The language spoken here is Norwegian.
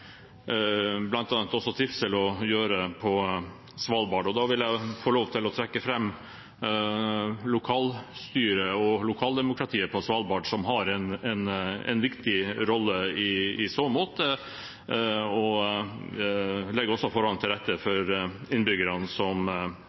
trivsel på Svalbard å gjøre. Da vil jeg få lov til å trekke fram lokalstyret og lokaldemokratiet på Svalbard, som har en viktig rolle i så måte, og som også legger forholdene til rette for innbyggerne som